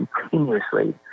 continuously